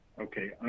Okay